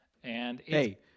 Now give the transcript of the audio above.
Hey